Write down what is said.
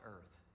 earth